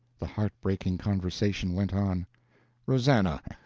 the heartbreaking conversation went on rosannah,